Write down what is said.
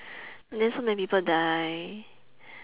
then so many people die